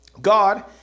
God